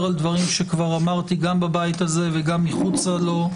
על דברים שכבר אמרתי גם בבית הזה וגם מחוצה לו,